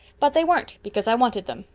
but they weren't because i wanted them.